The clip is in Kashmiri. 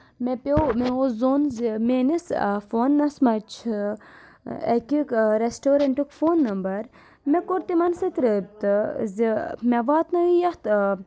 مےٚ پیٚو مےٚ اوس زوٚن زِ میٲنِس فونَس منٛز چھِ اَکہِ ریسٹورَنٹُک فون نمبر مےٚ کوٚر تِمَن سۭتۍ رٲبطہٕ زِ مےٚ واتنٲیو یَتھ